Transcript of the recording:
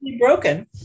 broken